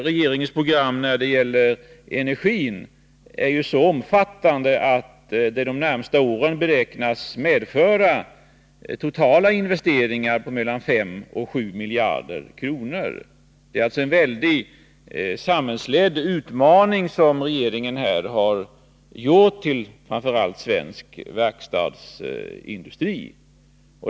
Regeringens program när det gäller energi är vidare så omfattande att det de närmaste åren beräknas medföra totala investeringar på mellan 5 och 7 miljarder kronor. Det är alltså en väldig samhällsledd utmaning från regeringen till framför allt svensk verkstadsindustri.